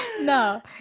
No